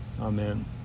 Amen